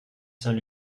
saint